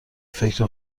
فکر